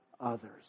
others